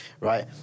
right